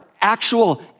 actual